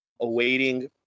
awaiting